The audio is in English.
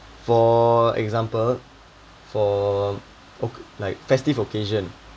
for example for like festive occasion